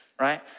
right